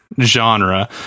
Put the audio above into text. genre